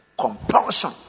Compulsion